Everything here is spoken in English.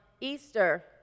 Easter